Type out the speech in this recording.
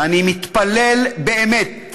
ואני מתפלל באמת